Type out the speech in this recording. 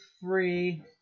three